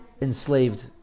enslaved